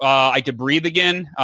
i could breathe again.